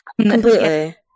completely